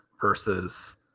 versus